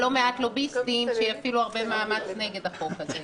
מעט לוביסטים שיפעילו הרבה מאמץ נגד החוק הזה.